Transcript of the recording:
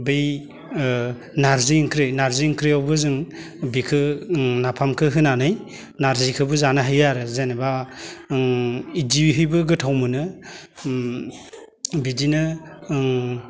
बै नारजि ओंख्रि नारजि ओंख्रियावबो जों बेखौ नाफामखौ होनानै नारजिखौबो जानो हायो आरो जेनेबा बिदिहैबो गोथाव मोनो बिदिनो